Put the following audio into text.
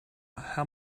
how